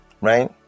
right